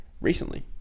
recently